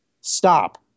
stop